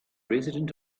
resident